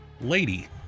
lady